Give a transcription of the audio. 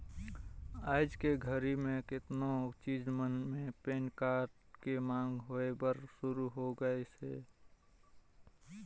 आयज के घरी मे केतनो चीच मन मे पेन कारड के मांग होय बर सुरू हो गइसे